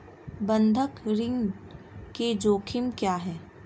बंधक ऋण के जोखिम क्या हैं?